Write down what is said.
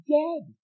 dead